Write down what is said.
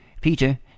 Peter